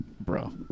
bro